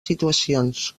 situacions